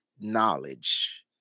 knowledge